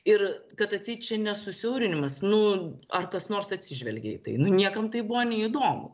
ir kad atseit čia ne susiaurinimas nu ar kas nors atsižvelgė į tai nu niekam tai buvo neįdomu